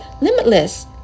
limitless